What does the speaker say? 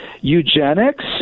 eugenics